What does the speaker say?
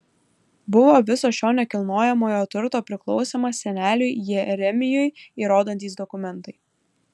buvo viso šio nekilnojamojo turto priklausymą seneliui jeremijui įrodantys dokumentai